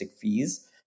fees